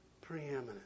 preeminent